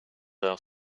our